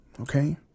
okay